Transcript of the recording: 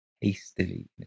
hastily